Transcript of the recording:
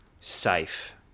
safe